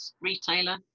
retailer